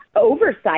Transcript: oversight